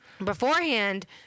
beforehand